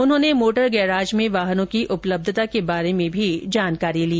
उन्होंने motor garage में वाहनों की उपलब्धता के बारे में भी जानकारी ली